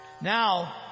Now